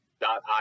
Dot